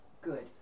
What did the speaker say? good